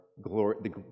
glory